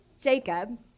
Jacob